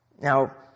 Now